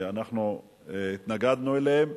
שאנחנו התנגדנו להם.